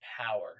power